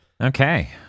Okay